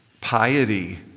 piety